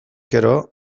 gero